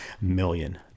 million